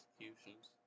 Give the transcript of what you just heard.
executions